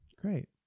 Great